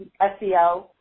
SEO